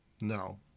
No